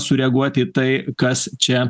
sureaguoti į tai kas čia